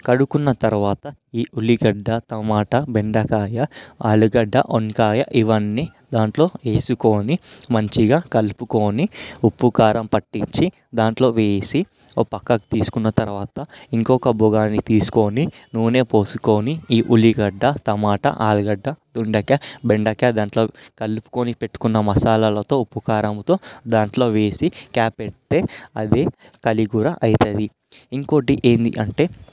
కడుక్కున్న తరువాత ఈ ఉల్లిగడ్డ టమాట బెండకాయ ఆలుగడ్డ వంకాయ ఇవన్నీ దాంట్లో వేసుకొని మంచిగా కలుపుకొని ఉప్పు కారం పట్టించి దాంట్లో వేసి ఒక పక్కకు తీసుకున్న తరువాత ఇంకొక బగోని తీసుకొని నూనె పోసుకొని ఈ ఉల్లిగడ్డ టమాట ఆలుగడ్డ దొండకాయ బెండకాయ దాంట్లో కలుపుకొని పెట్టుకున్న మసాలాలతో ఉప్పు కారంతో దాంట్లో వేసి క్యాప్ పెడితే అది కలగూర అవుతుంది ఇంకొకటి ఏంటి అంటే